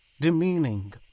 demeaning